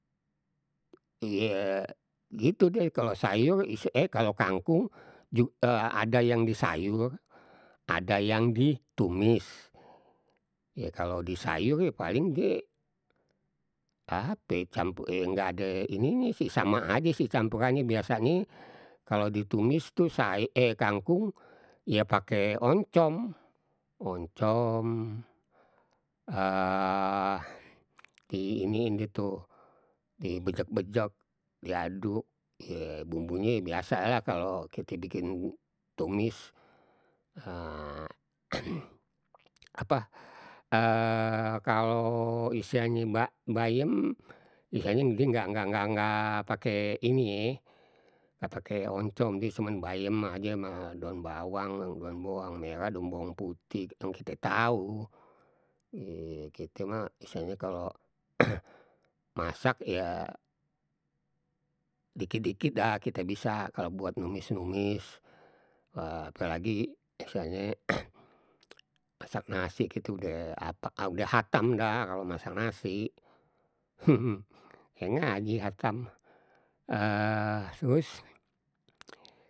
Ye, gitu deh kalau sayur eh kalau kangkung jug ada yang disayur, ada yang ditumis. Ye kalau disayur ye, paling die ape ye campu eh, nggak ada ininye sih sama aje sih campurannya biasanye kalo ditumis tuh sayu eh kangkung, ya pake oncom. Oncom di iniin deh tuh, dibejek- bejek, diaduk ye bumbunye biasa lah kalo kite bikin tumis. apa kalo istilahnye ba bayem, istilahnye die nggak, nggak, nggak, nggak pake ini ye, nggak pake oncom die cuman bayem aje ma daon bawang, daon bawang merah, daon bawang putih yang kita tau. Kite mah istilahnye kalo masak, ye dikit- dikit dah kite bisa kalo buat numis- numis, apalagi istilahnye masak nasi gitu udeh apa udah hatam dah kalo masak nasi. Kayak ngaji hatam terus.